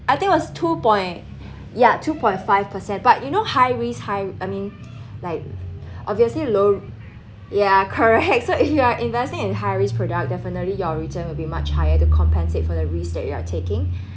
I think was two point ya two point five percent but you know high risk high I mean like obviously low ya correct so if you are investing in high risk product definitely your return will be much higher to compensate for the risk that you are taking